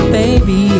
baby